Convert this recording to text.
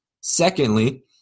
Secondly